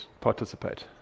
participate